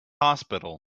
hospital